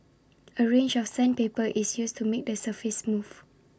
A range of sandpaper is used to make the surface smooth